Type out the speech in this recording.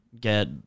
get